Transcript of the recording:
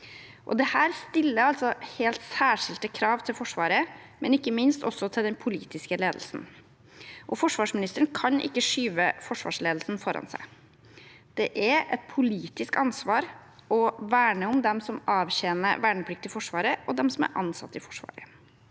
Dette stiller helt særskilte krav til Forsvaret, men ikke minst til den politiske ledelsen. Forsvarsministeren kan ikke skyve forsvarsledelsen foran seg. Det er et politisk ansvar å verne om dem som avtjener verneplikt i Forsvaret, og om dem som er ansatt i Forsvaret.